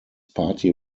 party